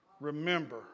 Remember